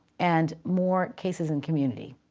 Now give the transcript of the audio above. and more cases in community.